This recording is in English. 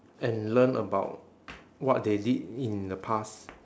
and learn about what they did in the past